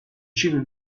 ciclo